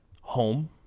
home